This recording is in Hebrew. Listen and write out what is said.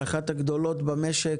שהיא אחת הגדולות במשק,